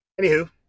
Anywho